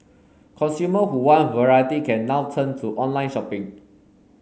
consumer who want variety can now turn to online shopping